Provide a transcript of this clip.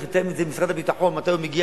צריך לתאם את זה עם משרד הביטחון מתי הוא מגיע,